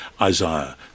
isaiah